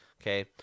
Okay